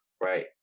Right